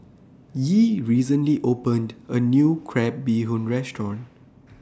Yee recently opened A New Crab Bee Hoon Restaurant